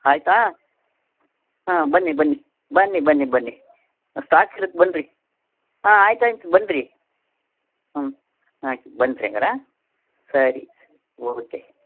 ಆಯಿತಾ ಹಾಂ ಬನ್ನಿ ಬನ್ನಿ ಬನ್ನಿ ಬನ್ನಿ ಬನ್ನಿ ಸ್ಟಾಕ್ ಇರತ್ತೆ ಬನ್ನಿರಿ ಹಾಂ ಆಯ್ತು ಆಯ್ತು ಬನ್ನಿರಿ ಹ್ಞೂ ಆಯ್ತು ಬನ್ನಿರಿ ಹಂಗಾರ ಸರಿ ಓಕೇ